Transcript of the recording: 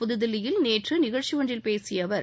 புதுதில்லியில் நேற்று நிகழ்ச்சி ஒன்றில் பேசிய அவர்